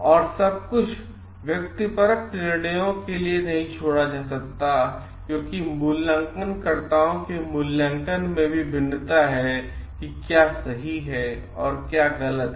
और सब कुछ व्यक्तिपरक निर्णयों के लिए नहीं छोड़ा जा सकता है क्योंकि मूल्यांकनकर्ताओं के मूल्यांकन में भी भिन्नता है कि क्या सही है और क्या गलत है